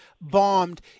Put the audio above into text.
bombed